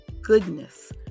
goodness